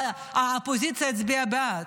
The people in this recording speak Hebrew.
האופוזיציה הצביעה בעד.